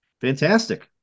Fantastic